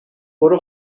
برو